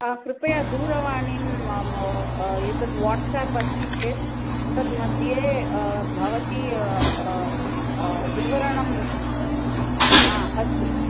कृपया दूरवाणीं एतत् वाट्साप् अस्ति चेत् तत् मध्ये भवती विवरणं हा अस्तु